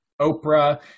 Oprah